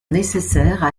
nécessaires